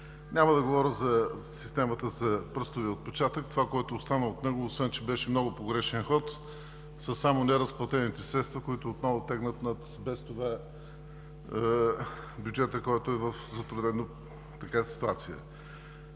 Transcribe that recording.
Няма да говоря за системата с пръстовия отпечатък. Това, което остана от него, освен че беше много погрешен ход, са само неразплатените средства, които отново тегнат над бюджета, който е в затруднена ситуация.